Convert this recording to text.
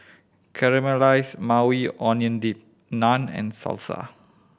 Caramelized Maui Onion Dip Naan and Salsa